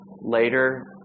later